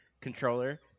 controller